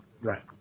Right